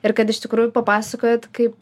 ir kad iš tikrųjų papasakojot kaip